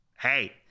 hey